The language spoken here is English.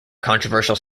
controversial